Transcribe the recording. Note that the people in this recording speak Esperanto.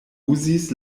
uzis